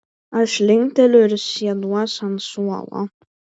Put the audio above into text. aš linkteliu ir sėduos ant suolo